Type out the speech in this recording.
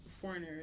foreigners